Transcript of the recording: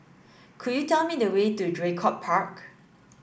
could you tell me the way to Draycott Park